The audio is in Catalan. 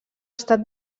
estat